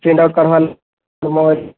print out କାଢ଼ବାର୍ ତୁମର୍